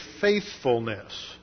faithfulness